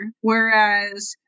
Whereas